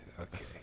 Okay